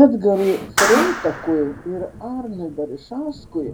edgarui freitakui ir arnui barišauskui